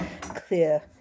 clear